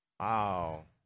Wow